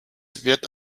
wird